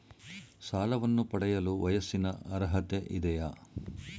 ಸಾಲವನ್ನು ಪಡೆಯಲು ವಯಸ್ಸಿನ ಅರ್ಹತೆ ಇದೆಯಾ?